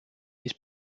his